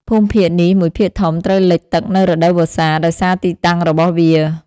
ភូមិភាគនេះមួយភាគធំត្រូវលិចទឹកនៅរដូវវស្សា ដោយសារទីតាំងរបស់វា។